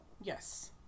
yes